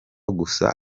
gusa